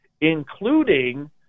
including